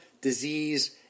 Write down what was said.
disease